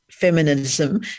feminism